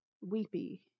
weepy